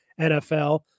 NFL